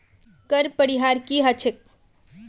कर परिहार की ह छेक